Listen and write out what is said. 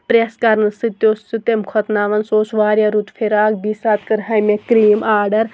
press کَرنہٕ سۭتۍ تہِ اوس سُہ تمہِ کھۄتہ نَوَان سُہ اوس واریاہ رُت فِراکھ بیٚیہِ ساتہٕ کرہا مےٚ کریٖم آرڈر